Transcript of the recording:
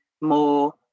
more